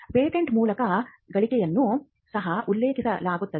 patent ಮೂಲಕ ಗಳಿಕೆಯನ್ನು ಸಹ ಉಲ್ಲೇಖಿಸಲಾಗಿದೆ